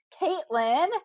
Caitlin